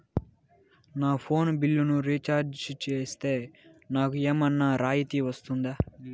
నా ఫోను బిల్లును recharge recharge సేస్తే, నాకు ఏమన్నా రాయితీ వస్తుందా?